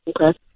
Okay